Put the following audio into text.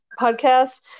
podcast